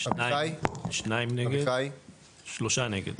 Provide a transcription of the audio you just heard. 3 נמנעים,